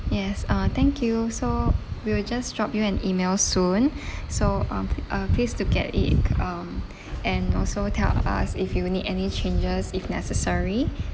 yes uh thank you so we will just drop you an email soon so um uh please to get it um and also tell us if you need any changes if necessary